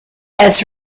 has